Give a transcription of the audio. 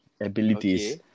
abilities